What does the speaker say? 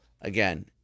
again